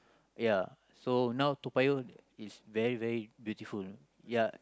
ya so now Toa-Payoh is very very beautiful ya